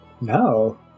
No